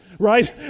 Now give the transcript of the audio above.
right